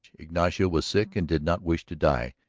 ignacio was sick and did not wish to die,